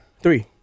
Three